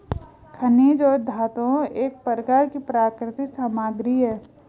खनिज और धातुएं एक प्रकार की प्राकृतिक सामग्री हैं